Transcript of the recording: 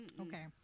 Okay